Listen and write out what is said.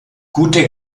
gute